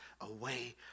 away